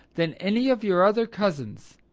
than any of your other cousins.